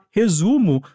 resumo